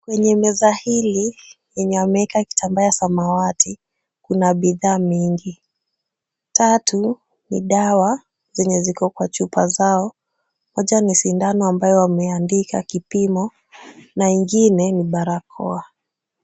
Kwenye meza hili yenye wameeka kitambaa ya samawati, kuna bidhaa mingi. Tatu ni dawa zenye ziko kwa chupa zao. Moja ni sindano ambayo wameandika kipimo na ingine ni barakoa.